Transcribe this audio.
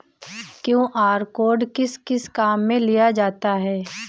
QR code किस किस काम में लिया जाता है?